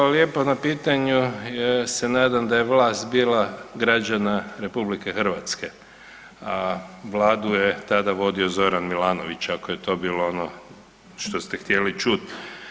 Hvala lijepo na pitanju, ja se nadam da je vlast bila građana RH, a Vladu je tada vodio Zoran Milanović, ako je to bili ono što ste htjeli čuti.